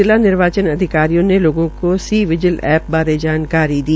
जिला निर्वाचन अधिकारियों ने लोगों के सी विजिल एप्प बारे जानकारी भी दी